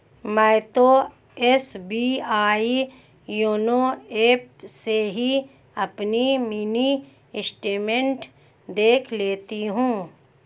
मैं तो SBI YONO app से ही अपनी मिनी स्टेटमेंट देख लेती हूँ